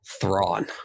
Thrawn